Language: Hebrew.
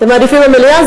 אתם מעדיפים במליאה?